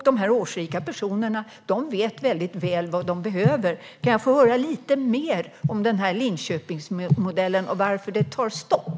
De årsrika personerna vet väldigt väl vad de behöver. Kan jag få höra lite mer om Linköpingsmodellen och varför det tar stopp?